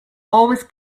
always